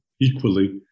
Equally